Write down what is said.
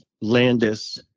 Landis